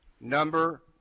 Number